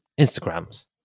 Instagrams